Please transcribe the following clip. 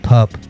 Pup